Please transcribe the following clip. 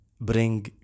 bring